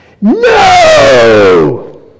No